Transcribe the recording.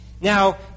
Now